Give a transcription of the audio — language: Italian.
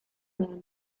meno